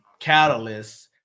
catalysts